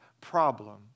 problem